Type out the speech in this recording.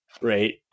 Right